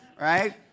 Right